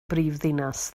brifddinas